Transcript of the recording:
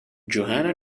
johanna